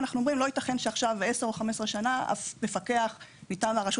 ואנחנו אומרים: לא ייתכן שעכשיו 10 או 15 שנה אף מפקח מטעם הרשות